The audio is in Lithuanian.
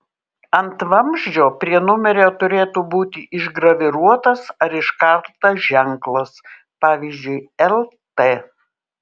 ant vamzdžio prie numerio turėtų būti išgraviruotas ar iškaltas ženklas pavyzdžiui lt